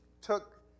took